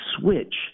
switch